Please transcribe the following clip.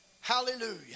Hallelujah